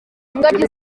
ingagi